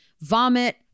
vomit